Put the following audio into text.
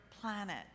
planet